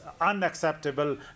unacceptable